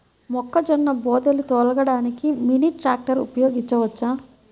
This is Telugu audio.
మొక్కజొన్న బోదెలు తోలడానికి మినీ ట్రాక్టర్ ఉపయోగించవచ్చా?